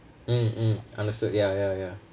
mm mm understood ya ya ya